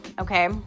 okay